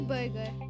Burger